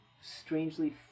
strangely